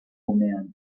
gunean